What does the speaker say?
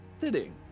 sitting